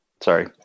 sorry